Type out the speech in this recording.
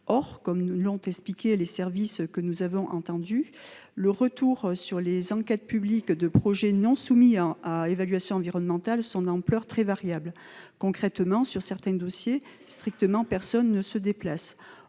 Or, comme nous l'ont expliqué les services que nous avons entendus, les retours sur les enquêtes publiques de projets non soumis à évaluation environnementale sont d'ampleur très variable : concrètement, sur certains dossiers, personne ne se déplace.